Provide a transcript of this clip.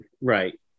Right